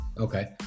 Okay